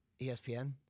ESPN